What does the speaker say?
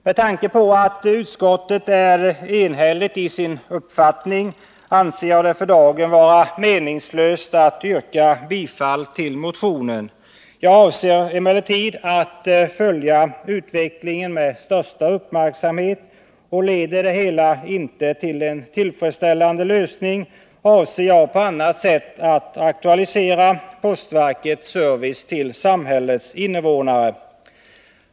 Med tanke på att utskottet är enhälligt i sin uppfattning anser jag det för dagen vara meningslöst att yrka bifall till motionen. Jag avser emellertid att följa utvecklingen med största uppmärksamhet och, om det hela inte leder till en tillfredsställande lösning, på annat sätt aktualisera postverkets service till samhällets invånare.